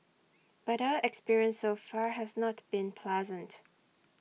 but our experience so far has not been pleasant